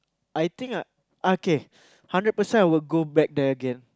I think I okay hundred percent I will go back there again